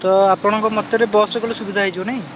ତ ଆପଣଙ୍କ ମତରେ ବସ୍ରେ ଗଲେ ସୁବିଧା ହେଇଯିବ ନାହିଁ